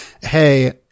Hey